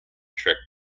trick